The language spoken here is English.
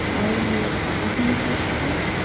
are you a homosexual?